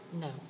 No